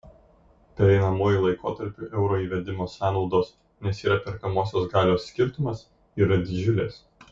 pereinamuoju laikotarpiu euro įvedimo sąnaudos nes yra perkamosios galios skirtumas yra didžiulės